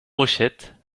rochette